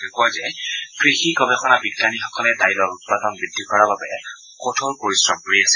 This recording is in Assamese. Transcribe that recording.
তেওঁ কয় যে কৃষি গৱেষণা বিজ্ঞানীসকলে দাইলৰ উৎপাদন বৃদ্ধি কৰাৰ বাবে কঠোৰ পৰিশ্ৰম কৰি আছে